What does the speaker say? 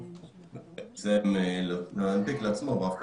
שלום רב.